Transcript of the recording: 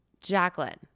Jacqueline